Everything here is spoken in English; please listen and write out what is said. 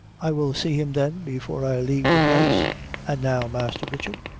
i will see him, then, before i lave the place an' now, masther richard,